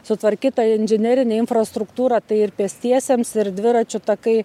sutvarkyta inžinerinė infrastruktūra tai ir pėstiesiems ir dviračių takai